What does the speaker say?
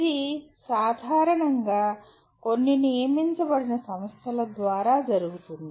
ఇది సాధారణంగా కొన్ని నియమించబడిన సంస్థల ద్వారా జరుగుతుంది